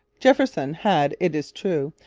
jefferson had, it is true,